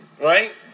right